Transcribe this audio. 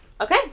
Okay